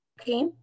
Okay